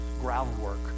groundwork